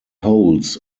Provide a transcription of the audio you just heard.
holds